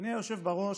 אדוני היושב-ראש,